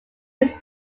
his